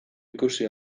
ikusi